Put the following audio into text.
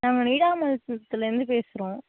நாங்கள் நீடாமங்கலத்திலேருந்து பேசுகிறோம்